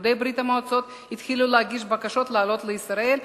יהודי ברית-המועצות התחילו להגיש בקשות לעלות לישראל,